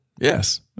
Yes